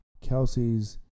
Kelsey's